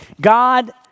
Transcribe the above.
God